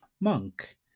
monk